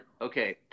Okay